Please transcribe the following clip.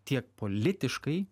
tiek politiškai